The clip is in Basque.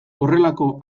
horrelako